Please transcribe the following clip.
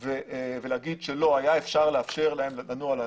ולהגיד שלא היה אפשר לאפשר להם לנוע.